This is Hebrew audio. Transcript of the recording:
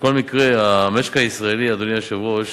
בכל מקרה, המשק הישראלי, אדוני היושב-ראש,